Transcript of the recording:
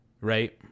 right